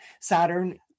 Saturn